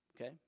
Okay